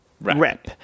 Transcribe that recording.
rep